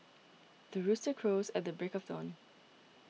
the rooster crows at the break of dawn